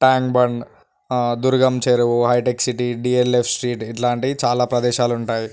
tank Bund Durgam Cheruvu హైటెక్ City DLF street ఇట్లాంటివి చాలా ప్రదేశాలుంటాయి